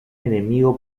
enemigo